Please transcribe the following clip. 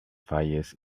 fires